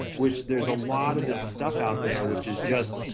which there's a lot of this stuff out there, which is just,